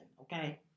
Okay